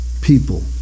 people